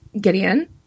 Gideon